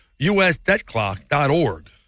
usdebtclock.org